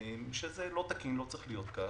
זה לא תקין ולא צריך להיות כך,